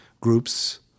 groups